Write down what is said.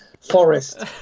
forest